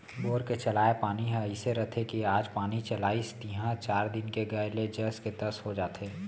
bore के चलाय पानी ह अइसे रथे कि आज पानी चलाइस तिहॉं चार दिन के गए ले जस के तस हो जाथे